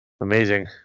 Amazing